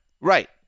Right